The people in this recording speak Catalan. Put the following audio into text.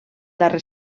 darrer